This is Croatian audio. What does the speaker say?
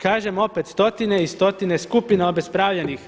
Kažem opet, stotine i stotine skupina obespravljenih.